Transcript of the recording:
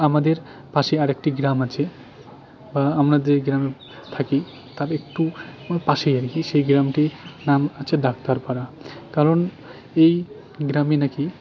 আমাদের পাশে আরেকটি গ্রাম আছে বা আমরা যে গ্রামে থাকি তার একটু পাশেই আর কি সেই গ্রামটি নাম আছে ডাক্তার পাড়া কারণ এই গ্রামে নাকি